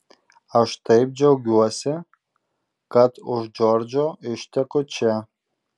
aš taip džiaugiuosi kad už džordžo išteku čia